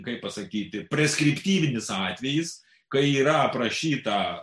kaip pasakyti preskriptyvinis atvejis kai yra aprašyta